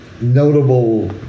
notable